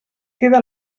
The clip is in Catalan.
queda